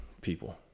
people